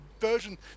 version